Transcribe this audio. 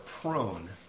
prone